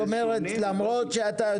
היינו